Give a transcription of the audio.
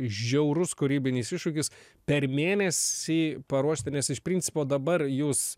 žiaurus kūrybinis iššūkis per mėnesį paruošti nes iš principo dabar jūs